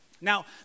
Now